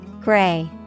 Gray